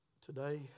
today